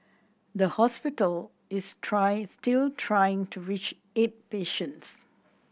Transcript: the hospital is trying still trying to reach eight patients